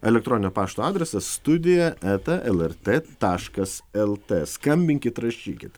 elektroninio pašto adresas studija eta lrt taškas lt skambinkit rašykit